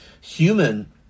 human